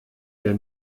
der